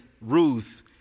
Ruth